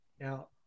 Now